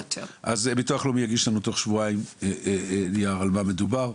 אז הביטוח הלאומי יגיש לנו תוך שבועיים נייר על מה מדובר,